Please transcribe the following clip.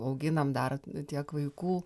auginam dar tiek vaikų